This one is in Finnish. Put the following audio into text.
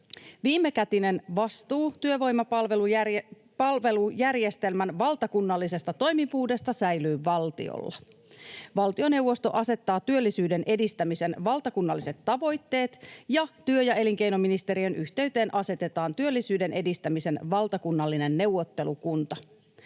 Viimekätinen vastuu työvoimapalvelujärjestelmän valtakunnallisesta toimivuudesta säilyy valtiolla. Valtioneuvosto asettaa työllisyyden edistämisen valtakunnalliset tavoitteet, ja työ- ja elinkeinoministeriön yhteyteen asetetaan työllisyyden edistämisen valtakunnallinen neuvottelukunta.